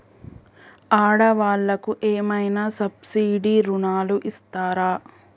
ఆడ వాళ్ళకు ఏమైనా సబ్సిడీ రుణాలు ఇస్తారా?